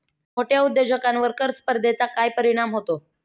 मोठ्या उद्योजकांवर कर स्पर्धेचा काय परिणाम होतो?